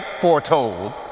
foretold